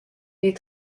les